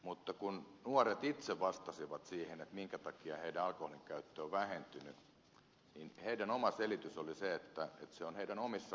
mutta kun nuoret itse vastasivat siihen minkä takia heidän alkoholinkäyttönsä on vähentynyt niin heidän oma selityksensä oli se että se on heidän omissa arvoissaan